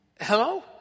Hello